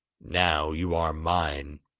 now you are mine